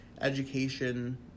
education